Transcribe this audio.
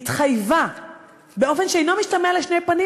התחייבה באופן שאינו משתמע לשני פנים,